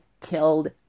killed